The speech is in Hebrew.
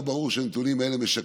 אין נתונים מסודרים,